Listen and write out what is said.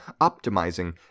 optimizing